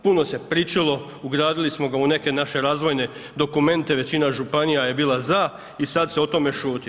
Puno se pričalo, ugradili smo ga u neke naše razvojne dokumente, većina županija je bila ZA i sad se o tome šuti.